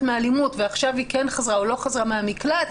מאלימות ועכשיו היא כן חזרה או לא חזרה מהמקלט,